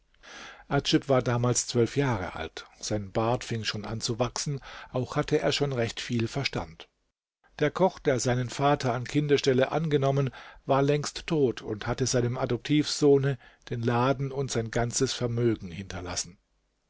adjib war damals zwölf jahre alt sein bart fing schon an zu wachsen auch hatte er schon recht viel verstand der koch der seinen vater an kindesstelle angenommen war längst tot und hatte seinem adoptivsohne den laden und sein ganzes vermögen hinterlassen